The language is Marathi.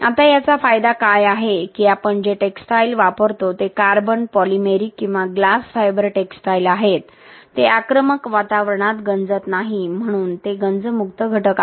आता याचा फायदा काय आहे की आपण जे टेक्सटाईलवापरतो ते कार्बन पॉलिमेरिक किंवा ग्लास फायबर टेक्सटाइल आहेत ते आक्रमक वातावरणात गंजत नाहीत म्हणून ते गंजमुक्त घटक आहेत